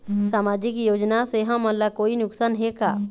सामाजिक योजना से हमन ला कोई नुकसान हे का?